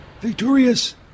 Victorious